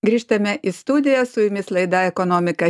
grįžtame į studiją su jumis laida ekonomika